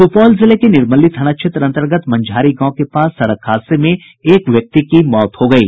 सुपौल जिले के निर्मली थाना क्षेत्र अन्तर्गत मंझारी गांव के पास सड़क हादसे में एक व्यक्ति की मौत हो गयी